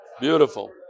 Beautiful